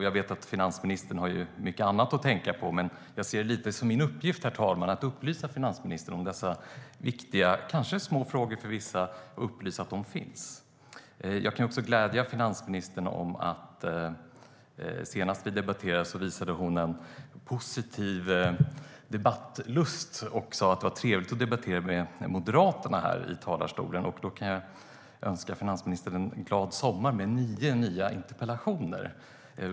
Jag vet att finansministern har mycket annat att tänka på, men jag ser det lite som min uppgift, herr talman, att upplysa finansministern om att dessa viktiga frågor, som kanske är små för vissa, finns. Senast vi debatterade visade finansministern en positiv debattlust och sa att det var trevligt att debattera med Moderaterna här i talarstolen. Då kan jag glädja henne och önska en glad sommar med nio nya interpellationer.